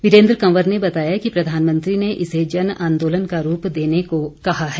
वीरेन्द्र कंवर ने बताया कि प्रधानमंत्री ने इसे जन आंदोलन का रूप देने को कहा है